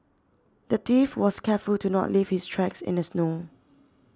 the thief was careful to not leave his tracks in the snow